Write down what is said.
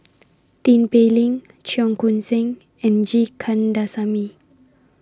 Tin Pei Ling Cheong Koon Seng and G Kandasamy